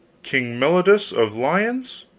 king meliodas of liones.